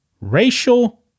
racial